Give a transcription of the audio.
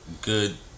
good